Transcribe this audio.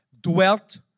Dwelt